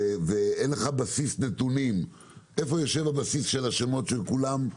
ואין לך בסיס נתונים איפה יושב הבסיס של השמות של כולם.